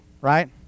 right